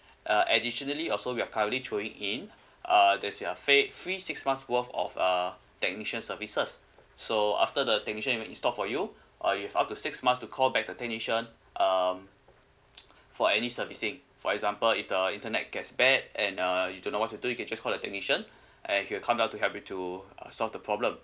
uh additionally also we are currently throwing in uh there's ya fa~ free six months worth of uh technician services so after the technicians even install for you uh you've up to six months to call back the technician um for any servicing for example if the internet gets bad and uh you don't know what to do you can just call the technician and he'll come down to help you to uh solve the problem